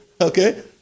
Okay